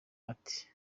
ati